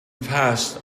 past